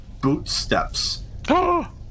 bootsteps